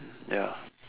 ya